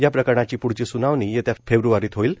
या प्रकरणाची प्रढची सुनावणी येत्या फेब्रुवारीत होईल